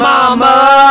Mama